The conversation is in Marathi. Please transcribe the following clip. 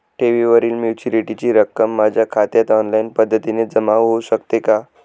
ठेवीवरील मॅच्युरिटीची रक्कम माझ्या खात्यात ऑनलाईन पद्धतीने जमा होऊ शकते का?